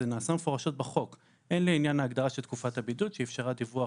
זה נעשה מפורשות בחוק הן לעניין ההגדרה של תקופת הבידוד שאפשרה דיווח